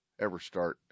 Everstart